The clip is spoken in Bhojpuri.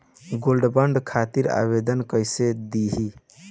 गोल्डबॉन्ड खातिर आवेदन कैसे दिही?